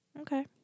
Okay